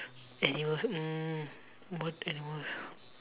animals mm what animals